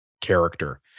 character